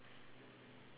that kind of thing